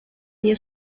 diye